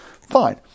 Fine